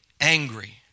angry